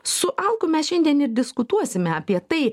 su alku mes šiandien ir diskutuosime apie tai